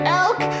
elk